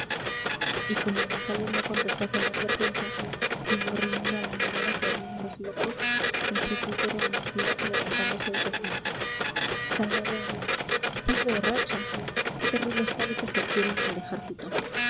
y como monsalud no contestase a la advertencia sino riendo a la manera que ríen los locos el presbítero añadió levantándose de su asiento salvador estás borracho qué terribles hábitos se adquieren en el ejército